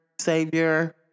Savior